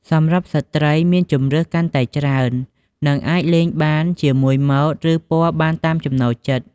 សម្រាប់ស្ត្រីមានជម្រើសកាន់តែច្រើន និងអាចលេងបានជាមួយម៉ូដ ឬពណ៌បានតាមចំណូលចិត្ត។